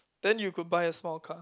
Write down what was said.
then you could buy a small car